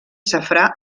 safrà